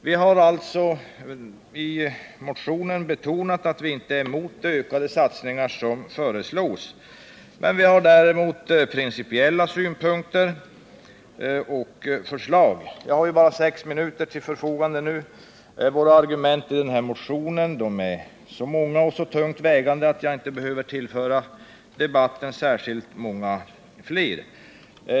Vi har alltså i motionen betonat att vi inte är mot ökade satsningar som föreslås. Vi har däremot principiella synpunkter och förslag. Jag har bara sex minuter till förfogande nu, men våra argument i motionen är så många och så tungt vägande att jag inte behöver tillföra debatten särskilt många fler.